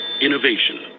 Innovation